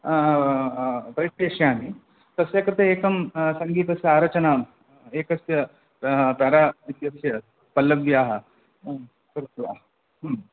ष्यामि तस्य कृते एकं सङ्गीतस्य आरचनां एकस्य तरा इत्यस्य पल्लव्याः कृत्वा